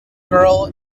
girl